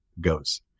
goes